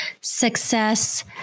success